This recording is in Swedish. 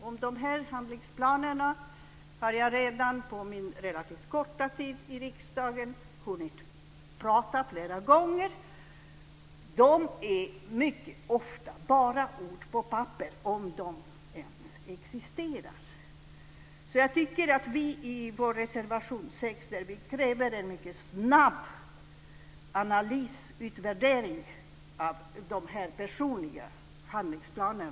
Om handlingsplanerna har jag redan under min relativt korta tid i riksdagen hunnit prata flera gånger. De är mycket ofta bara ord på papper - om de ens existerar.I vår reservation 6 kräver vi en mycket snabb analys och utvärdering dessa personliga handlingsplaner.